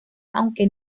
aunque